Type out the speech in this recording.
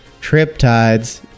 Triptides